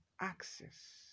access